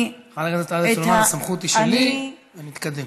חברת הכנסת עאידה סלימאן, הסמכות היא שלי, ונתקדם.